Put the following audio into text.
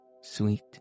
sweet